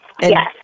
Yes